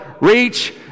reach